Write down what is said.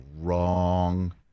wrong